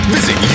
Visit